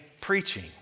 preaching